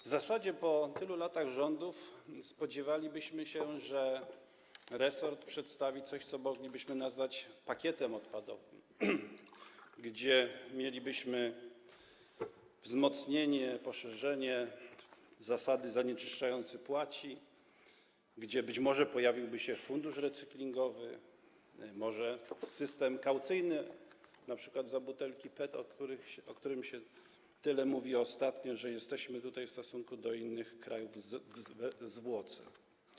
W zasadzie po tylu latach rządów spodziewalibyśmy się, że resort przedstawi coś, co moglibyśmy nazwać pakietem odpadowym, gdzie mielibyśmy wzmocnienie, poszerzenie zasady: zanieczyszczający płaci, gdzie być może pojawiłby się fundusz recyklingowy, może system kaucyjny, np. za butelki PET, o których się tyle ostatnio mówi, że jesteśmy tutaj w stosunku do innych krajów w zwłoce.